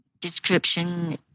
description